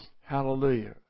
Hallelujah